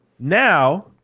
Now